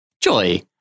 Joy